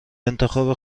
انتخاب